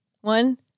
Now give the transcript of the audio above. One